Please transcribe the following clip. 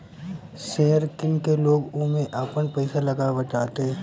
share किन के लोग ओमे आपन पईसा लगावताटे